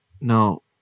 no